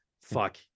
fuck